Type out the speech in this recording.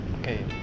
Okay